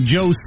Joe